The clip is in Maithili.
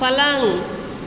पलङ्ग